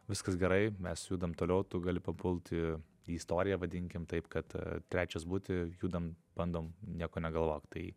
viskas gerai mes judam toliau tu gali papult į į istoriją vadinkim taip kad trečias būti judam bandom nieko negalvok tai